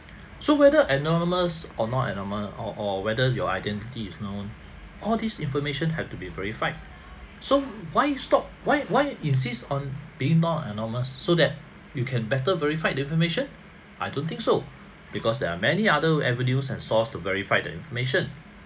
so whether anonymous or not anonymou~ or or whether your identity is known all this information have to be verified so why stop why why insist on being not anonymous so that you can better verified information I don't think so because there are many other avenues and source to verify the information